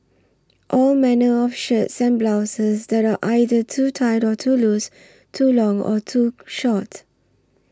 all manner of shirts send blouses that are either too tight or too loose too long or too short